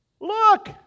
look